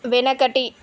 వెనకటి